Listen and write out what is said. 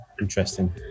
interesting